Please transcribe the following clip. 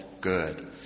good